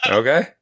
okay